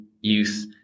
youth